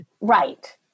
right